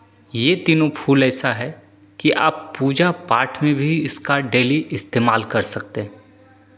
ये तीनों फूल ऐसा है कि आप पूजा पाठ में भी इसका डेली इस्तेमाल कर सकते हैं